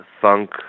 funk